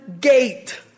gate